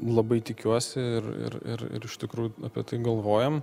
labai tikiuosi ir ir ir ir iš tikrųjų apie tai galvojam